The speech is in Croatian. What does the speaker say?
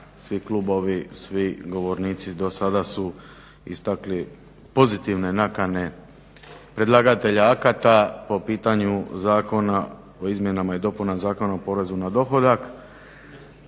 svi klubovi, svi govornici dosada su istakli pozitivne nakane predlagatelja akata po pitanju Zakona o izmjenama i dopunama Zakona o porezu na dohodak.